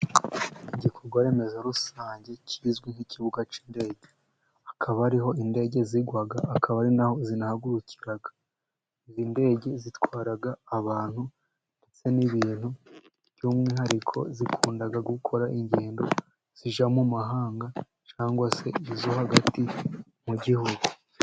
Igikorwa remezo rusange kizwi nk'ikibuga cy'indege, hakaba ariho indege zigwa, akaba ari naho zihagurukira, izi ndege zitwara abantu ndetse n'ibintu, by'umwihariko zikunda gukora ingendo zija mu mahanga cyangwa se izo hagati mu gihugu.